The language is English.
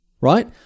right